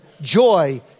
joy